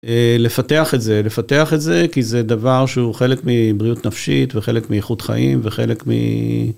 לפתח את זה, לפתח את זה, כי זה דבר שהוא חלק מבריאות נפשית וחלק מאיכות חיים וחלק מ...